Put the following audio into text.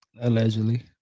Allegedly